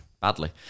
badly